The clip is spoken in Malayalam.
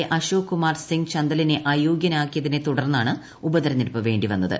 എ അശോക് കുമാർ സിങ്ങ് ചന്ദലിനെ അയോഗൃനാക്കിയതിനെ തുടർന്നാണ് ഉപതിരഞ്ഞെടുപ്പ് വേണ്ടിവന്നത്